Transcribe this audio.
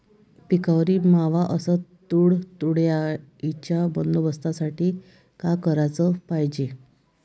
पिकावरील मावा अस तुडतुड्याइच्या बंदोबस्तासाठी का कराच पायजे?